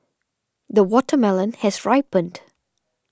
the watermelon has ripened